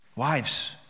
wives